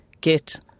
get